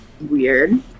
Weird